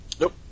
nope